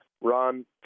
ron